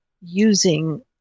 using